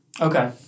okay